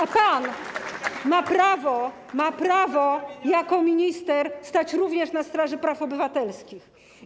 a pan ma prawo jako minister stać również na straży praw obywatelskich.